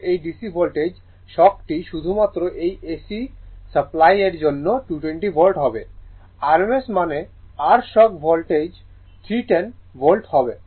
মানে এই DC ভোল্টেজে শক টি শুধুমাত্র AC সাপ্লাই এর জন্য 220 ভোল্ট হবে RMS মানে r শক লেভেল 310 ভোল্ট হবে